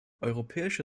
europäische